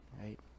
right